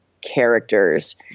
characters